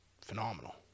phenomenal